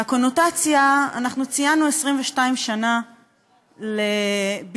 והקונוטציה, אנחנו ציינו 22 שנה בדיוק